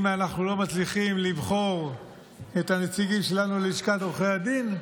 אם אנחנו לא מצליחים לבחור יותר את הנציגים שלנו ללשכת עורכי הדין,